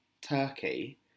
turkey